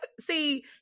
see